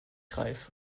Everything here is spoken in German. reif